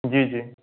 जी जी